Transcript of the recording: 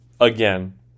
again